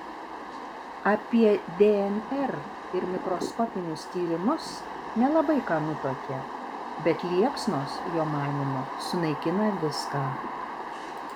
apie dnr ir mikroskopinius tyrimus nelabai ką nutuokė bet liepsnos jo manymu sunaikina viską